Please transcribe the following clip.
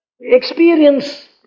Experience